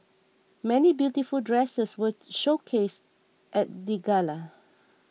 many beautiful dresses were showcased at the gala